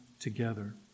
together